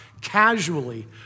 casually